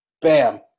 Bam